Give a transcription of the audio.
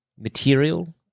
material